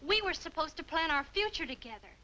we were supposed to plan our future together